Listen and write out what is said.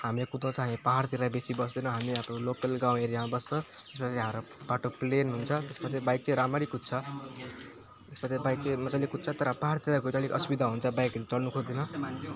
हामीले कुदाउँछ हामी पाहाडतिर बेसी बस्दैनौँ हामी आफ्नो लोकल गाउँ एरियामा बस्छ जो चाहिँ हाम्रो बाटो प्लेन हुन्छ जसमा चाहिँ बाइक चाहिँ राम्ररी कुद्छ जसमा चाहिँ बाइक चाहिँ मजाले कुद्छ तर पाहाडतिरको अलिक असुविधा हुन्छ बाइकहरू चढ्नुखोज्दैन